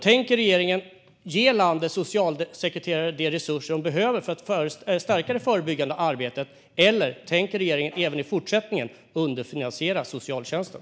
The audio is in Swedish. Tänker regeringen ge landets socialsekreterare de resurser som de behöver för att stärka det förebyggande arbetet, eller tänker regeringen även i fortsättningen underfinansiera socialtjänsten?